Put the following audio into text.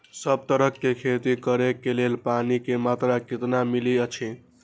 सब तरहक के खेती करे के लेल पानी के मात्रा कितना मिली अछि?